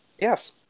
Yes